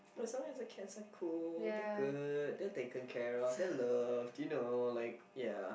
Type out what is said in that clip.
as long as the cats are cool they're good they're taken care of they're loved you know like ya